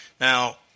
Now